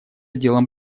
делом